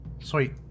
Sweet